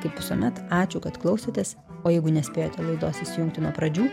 kaip visuomet ačiū kad klausotės o jeigu nespėjote laidos įsijungti nuo pradžių